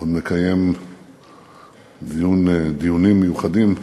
שעוד נקיים דיונים מיוחדים לזכרו,